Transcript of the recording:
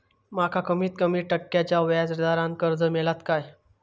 माका कमीत कमी टक्क्याच्या व्याज दरान कर्ज मेलात काय?